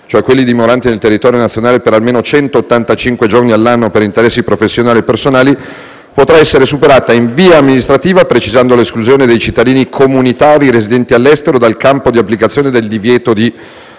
quelli dimoranti nel territorio nazionale per almeno centottantacinque giorni all'anno per interessi professionali o personali) potrà essere superata in via amministrativa, precisando l'esclusione dei cittadini comunitari residenti all'estero dal campo d'applicazione del divieto di